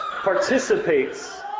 participates